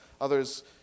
others